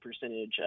percentage